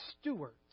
stewards